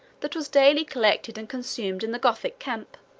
that was daily collected and consumed in the gothic camp